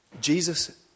Jesus